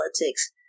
politics